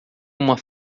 uma